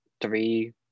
three